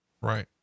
right